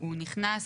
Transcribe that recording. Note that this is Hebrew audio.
הוא נכנס,